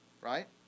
right